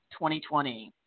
2020